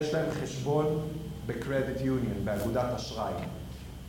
יש להם חשבון בקרדיט יוניון, באגודת אשראי.